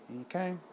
Okay